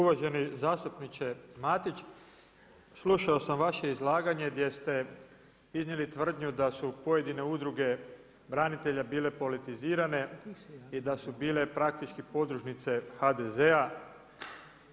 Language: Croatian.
Uvaženi zastupniče Matić, slušao sam vaše izlaganje gdje ste iznijeli tvrdnju da su pojedine udruge branitelje bile politizirane i da su bile praktički podružnice HDZ-a.